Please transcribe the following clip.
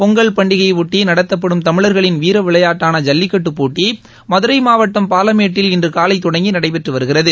பொங்கல் பண்டிகையையொட்டி நடத்தப்படும் தமிழர்களின் வீர விளையாட்டான ஜல்லிக்கட்டுப் போட்ட மதுரை மாவட்டம் பாலமேட்டில் இன்று காலை தொடங்கி நடைபெற்று வருகிறது